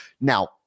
now